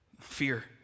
Fear